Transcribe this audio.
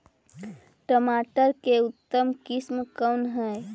टमाटर के उतम किस्म कौन है?